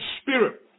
spirit